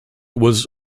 was